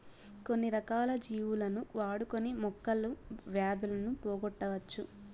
కొన్ని రకాల జీవులను వాడుకొని మొక్కలు వ్యాధులను పోగొట్టవచ్చు